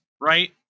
right